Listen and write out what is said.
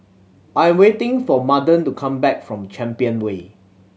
I am waiting for Madden to come back from Champion Way